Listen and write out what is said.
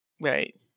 Right